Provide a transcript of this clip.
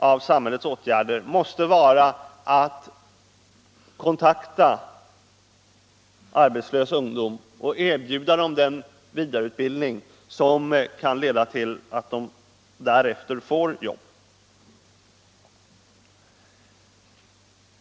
av samhällets åtgärder måste vara att kontakta arbetslösa ungdomar och erbjuda dem den vidareutbildning som kan leda till att de därefter får jobb.